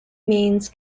means